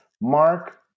Mark